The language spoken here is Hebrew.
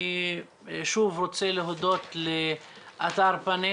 אני שוב רוצה להודות לאתר פאנט,